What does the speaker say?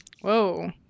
Whoa